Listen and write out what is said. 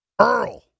Earl